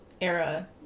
era